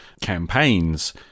campaigns